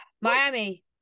Miami